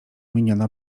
miniona